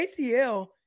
ACL